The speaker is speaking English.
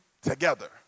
together